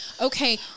okay